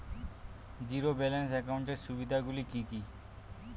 Zero balance একাউন্টের সুবিধা গুলি কি কি?